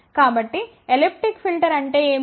కాబట్టి elliptic filter అంటే ఏమిటి